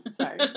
Sorry